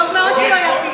טוב מאוד, שלא יבדיל.